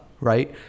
right